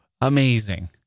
Amazing